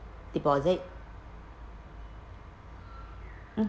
deposit